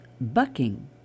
bucking